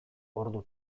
ordu